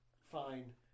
Fine